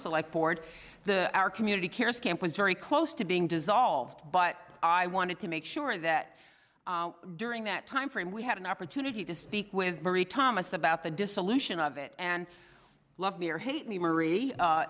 select board the our community care scam was very close to being dissolved but i wanted to make sure that during that timeframe we had an opportunity to speak with thomas about the dissolution of it and love me or hate me marie